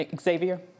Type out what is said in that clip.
Xavier